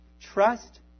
trust